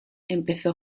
empezó